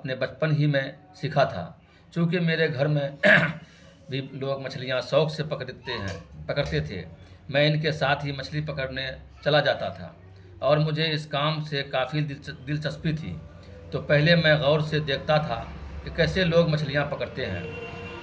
اپنے بچپن ہی میں سیکھا تھا چونکہ میرے گھر میں بھی لوگ مچھلیاں شوق سے پکڑتے ہیں پکڑتے تھے میں ان کے ساتھ ہی مچھلی پکڑنے چلا جاتا تھا اور مجھے اس کام سے کافی دلچس دلچسپی تھی تو پہلے میں غور سے دیکھتا تھا کہ کیسے لوگ مچھلیاں پکڑتے ہیں